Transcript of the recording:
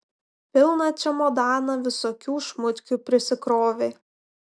pilną čemodaną visokių šmutkių prisikrovė